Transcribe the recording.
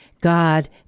God